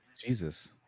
Jesus